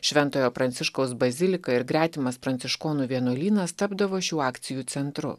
šventojo pranciškaus bazilika ir gretimas pranciškonų vienuolynas tapdavo šių akcijų centru